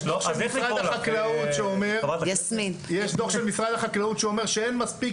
יש דוח של משרד החקלאות שאומר שאין מספיק